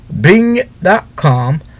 Bing.com